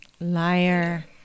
Liar